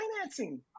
financing